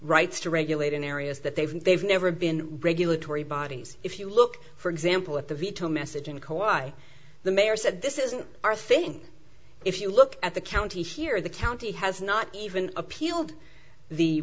rights to regulate in areas that they've they've never been regulatory bodies if you look for example at the veto message and co i the mayor said this isn't our thing if you look at the county here the county has not even appealed the